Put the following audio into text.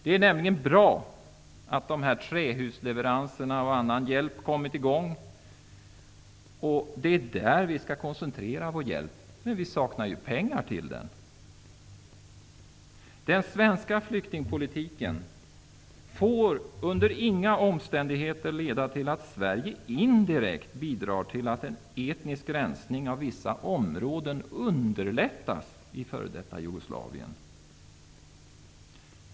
Det är bra att trähusleveranserna och andra hjälpinsatser har kommit i gång. Det är på sådant som vi skall koncentrera vår hjälp, men vi saknar ju pengar. Den svenska flyktingpolitiken får under inga omständigheter leda till att Sverige indirekt bidrar till att en etnisk rensning av vissa områden i f.d. Jugoslavien underlättas.